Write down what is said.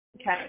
Okay